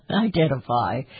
identify